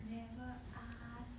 never ask